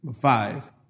five